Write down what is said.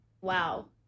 wow